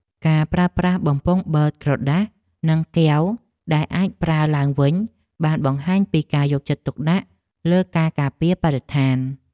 ការប្រើប្រាស់បំពង់បឺតក្រដាសនិងកែវដែលអាចប្រើឡើងវិញបានបង្ហាញពីការយកចិត្តទុកដាក់លើការការពារបរិស្ថាន។